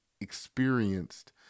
experienced